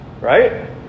right